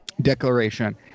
Declaration